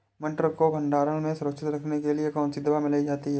मटर को भंडारण में सुरक्षित रखने के लिए कौन सी दवा मिलाई जाती है?